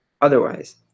otherwise